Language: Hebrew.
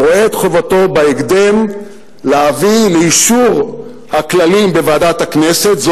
רואה את חובתו להביא לאישור הכללים בוועדת הכנסת בהקדם,